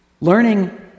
Learning